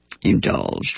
indulged